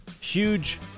huge